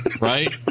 right